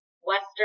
Western